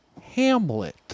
Hamlet